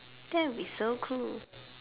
that will be so cool